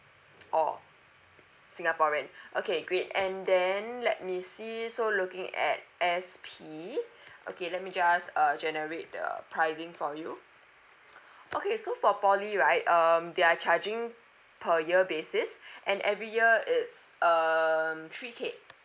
oh singaporean okay great and then let me see so looking at S_P okay let me just uh generate the pricing for you okay so for poly right um they're charging per year basis and every year is um three K